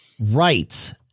Right